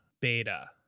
beta